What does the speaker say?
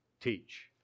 teach